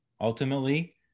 ultimately